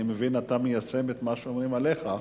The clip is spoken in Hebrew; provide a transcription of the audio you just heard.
אני מבין שאתה מיישם את מה שאומרים עליך,